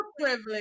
privilege